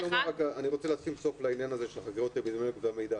אני רוצה לשים סוף לעניין הזה של חקירות אפידמיולוגיות והמידע.